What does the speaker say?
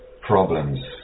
problems